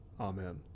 amen